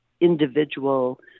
individual